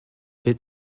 bit